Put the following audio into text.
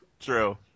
True